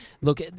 look